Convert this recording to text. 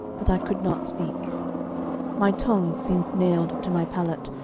but i could not speak my tongue seemed nailed to my palate,